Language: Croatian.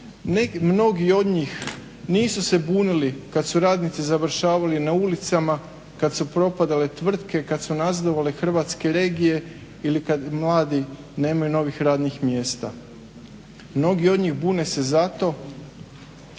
mnogi od njih nisu se bunili kad su radnici završavali na ulicama, kad su propadale tvrtke, kad su nazadovale hrvatske regije ili kad mladi nemaju novih radnih mjesta. Mnogi od njih bune se zato